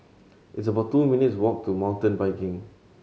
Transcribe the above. it's about two minutes' walk to Mountain Biking